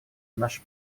наша